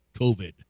COVID